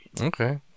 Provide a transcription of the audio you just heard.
okay